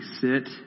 sit